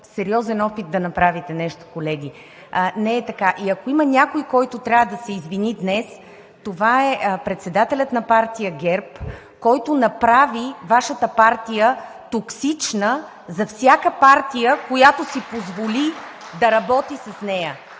сериозен опит да направите нещо, колеги? Не е така. Ако има някой, който трябва да се извини днес, това е председателят на партия ГЕРБ, който направи Вашата партия токсична за всяка партия, която си позволи (ръкопляскания